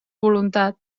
voluntat